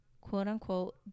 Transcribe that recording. quote-unquote